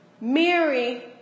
Mary